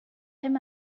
him